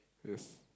yes